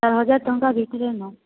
ଚାର୍ ହଜାର୍ ଟଙ୍କା ଭିତ୍ରେ ନ